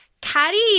Caddy